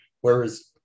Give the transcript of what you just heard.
Whereas